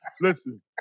Listen